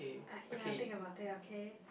okay I'll think about it okay